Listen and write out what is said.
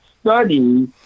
study